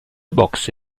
box